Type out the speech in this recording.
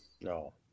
No